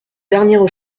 dernière